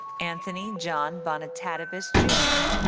anthony john bonitatibus jr.